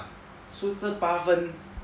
so 这八分